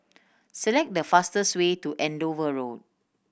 select the fastest way to Andover Road